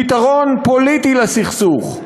פתרון פוליטי לסכסוך.